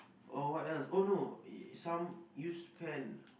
oh what else oh no some used pen